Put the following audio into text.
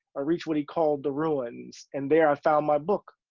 reached what he called the ruins, and there, i found my book,